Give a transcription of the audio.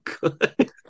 good